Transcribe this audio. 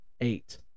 eight